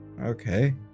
Okay